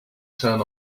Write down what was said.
turn